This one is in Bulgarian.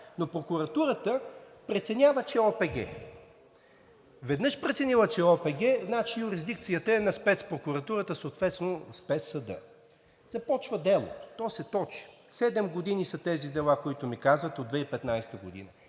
Прокуратурата преценява, че е ОПГ. Веднъж преценила, че е ОПГ, значи юрисдикцията е на Спецпрокуратурата, съответно Спецсъда. Започва делото. То се точи. Седем години са тези дела, които ми казвате – от 2015 г.